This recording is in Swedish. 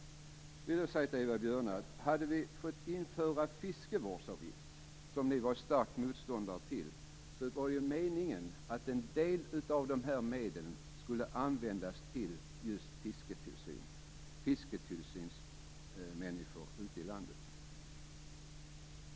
Jag vill då säga till Eva Björne att om vi hade fått införa en fiskevårdsavgift, som ni var starka motståndare till, så skulle en del av medlen användas till just fisketillsynsmänniskor ute i landet.